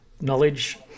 knowledge